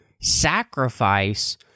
sacrifice